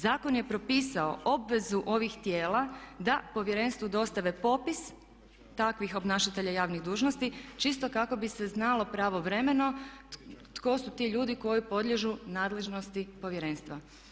Zakon je propisao obvezu ovih tijela da povjerenstvu dostave popis takvih obnašatelja javnih dužnosti čisto kako bi se znalo pravovremeno tko su ti ljudi koji podliježu nadležnosti povjerenstva.